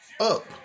up